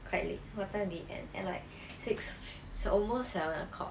quite late what time did it end at like six so almost seven o'clock